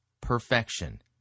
perfection